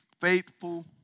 faithful